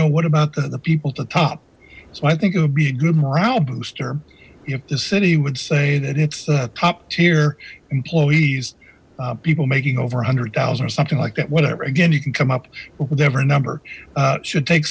know what about the people to top so i think it would be a good morale booster if the city would say that it's the top tier employees people making over a hundred thousand or something like that whatever again you can come up with ever a number should take